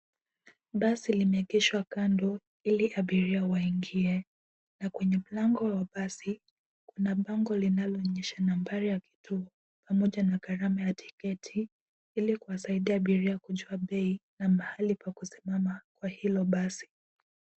Basi limeegeshwa kando ili abiria waingie na kwenye mlango wa basi kuna bango linaloonyeshana nambari ya kituo pamoja na gharama ya tiketi ili kuwasaidia abiria kujua bei na mahali pa kusimama kwa hilo basi.